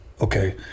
Okay